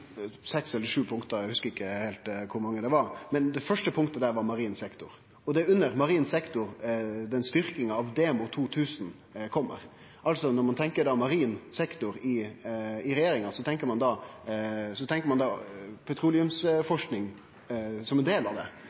seks eller sju punkt – eg hugsar ikkje heilt kor mange det var – men det første punktet var marin sektor. Og det er under marin sektor styrkinga av Demo 2000 kjem. Når ein tenkjer marin sektor i regjeringa, tenkjer ein altså petroleumsforsking som ein del av det.